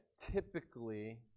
typically